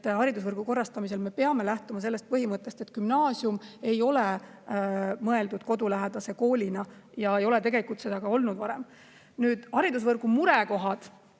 Haridusvõrgu korrastamisel me peame lähtuma põhimõttest, et gümnaasium ei ole mõeldud kodulähedase koolina. See ei ole tegelikult seda ka varem olnud. Nüüd, üks haridusvõrgu murekoht